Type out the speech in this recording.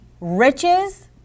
riches